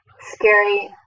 scary